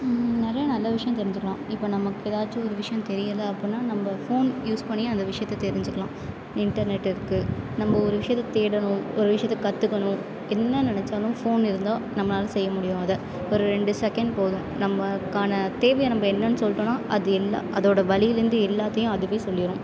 நிறைய நல்ல விஷயம் தெரிஞ்சிக்கலாம் இப்போ நமக்கு எதாச்சும் ஒரு விஷயம் தெரியல அப்படின்னா நம்ம ஃபோன் யூஸ் பண்ணி அந்த விஷயத்த தெரிஞ்சிக்கலாம் இன்டர்நெட் இருக்குது நம்ம ஒரு விஷயத்த தேடணும் ஒரு விஷயத்த கற்றுக்கணும் என்ன நினச்சாலும் ஃபோன் இருந்தால் நம்மளால் செய்ய முடியும் அதை ஒரு ரெண்டு செகண்ட் போதும் நம்மக்கான தேவையை நம்ம என்னென்னு சொல்லிட்டோன்னா அது எல்லா அதோட வழிலேருந்து எல்லாத்தையும் அதுவே சொல்லிடும்